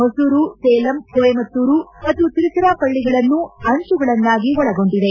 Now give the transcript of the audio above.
ಹೊಸೂರು ಸೇಲಂ ಕೊಯಮತ್ತೂರು ಮತ್ತು ತಿರುಚಿರಾಪಳ್ಳಗಳನ್ನು ಅಂಚುಗಳನ್ನಾಗಿ ಒಳಗೊಂಡಿದೆ